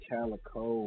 Calico